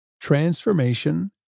transformation